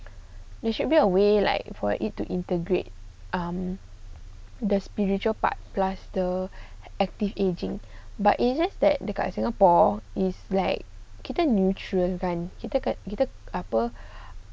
they should be away like for it to integrate um the spiritual part plus the active aging but it's just that dekat singapore is black kita neutral kan kit~ kita apa